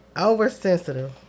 Oversensitive